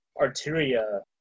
Arteria